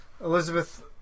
Elizabeth